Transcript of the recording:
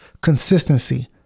consistency